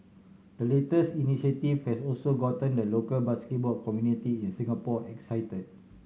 the latest initiative has also gotten the local basketball community in Singapore excited